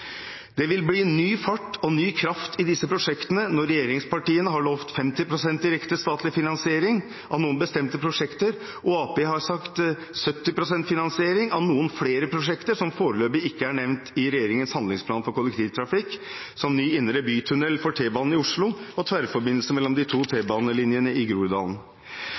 Det vil bli ny fart og ny kraft i disse prosjektene når regjeringspartiene har lovt 50 pst. direkte statlig finansiering av noen bestemte prosjekter, og Arbeiderpartiet har sagt 70 pst. finansiering av noen flere prosjekter som foreløpig ikke er nevnt i regjeringens handlingsplan for kollektivtrafikk, som f.eks. ny indre bytunnel for T-banen i Oslo og tverrforbindelse mellom de to T-banelinjene i